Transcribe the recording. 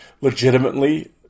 legitimately